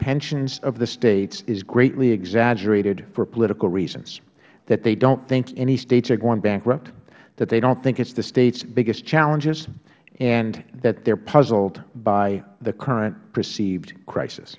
pensions of the states is greatly exaggerated for political reasons that they dont think any states are going bankrupt that they dont think it is the states biggest challenges and that they are puzzled by the current perceived cr